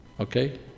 Okay